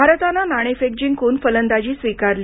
भारतानं नाणेफेक जिंकून फलंदाजी स्वीकारली